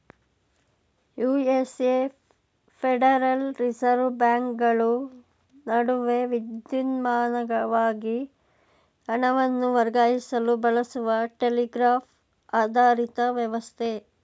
USA federal reserve ಬ್ಯಾಂಕ್ಗಳು ನಡುವೆ ವಿದ್ಯುನ್ಮಾನವಾಗಿ ಹಣವನ್ನು ವರ್ಗಾಯಿಸಲು ಬಳಸುವ ಟೆಲಿಗ್ರಾಫ್ ಆಧಾರಿತ ವ್ಯವಸ್ಥೆ